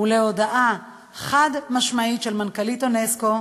ולהודעה חד-משמעית של מנכ"לית אונסק"ו